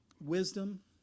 wisdom